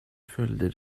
följde